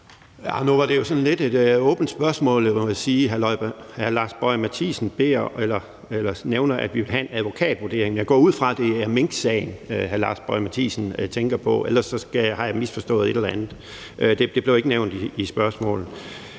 at det lidt var et åbent spørgsmål. Hr. Lars Boje Mathiesen nævner, at vi skal have en advokatvurdering. Jeg går ud fra det er minksagen, hr. Lars Boje Mathiesen tænker på, for ellers har jeg misforstået et eller andet. Det blev ikke nævnt i spørgsmålet.